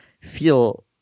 feel